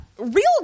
real